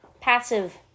passive